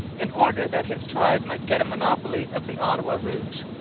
in order that his tribe might get a monopoly of the ottawa route,